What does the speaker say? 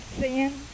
sin